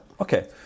Okay